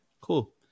Cool